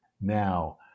now